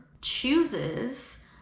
chooses